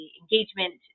engagement